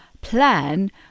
plan